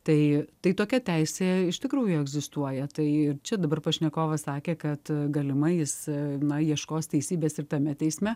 tai tokia teisė iš tikrųjų egzistuoja tai ir čia dabar pašnekovas sakė kad galimai jis na ieškos teisybės ir tame teisme